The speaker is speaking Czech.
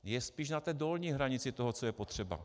Je spíše na dolní hranici toho, co je potřeba.